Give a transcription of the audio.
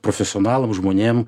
profesionalam žmonėm